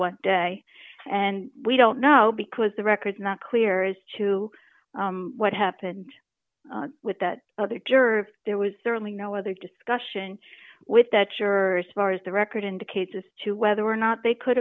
one day and we don't know because the records not clear as to what happened with that other jerk there was certainly no other discussion with that juror's far as the record indicates as to whether or not they could